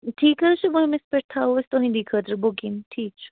ٹھیٖک حظ چھُ وُہمِس پٮ۪ٹھ تھاوو أسۍ تُہنٛدی خٲطرٕ بُکِنٛک ٹھیٖک چھُ